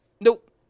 nope